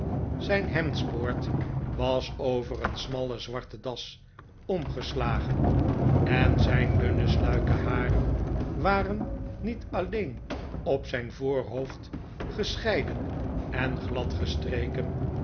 zijn hemdsboord was over een smalle zwarte das omgeslagen en zijn dunne sluike haren waren niet alleen op zijn toorhoofd gescheiden en